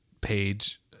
page